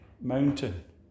mountain